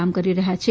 કામ કરી રહ્યાં છે